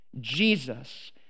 Jesus